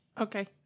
Okay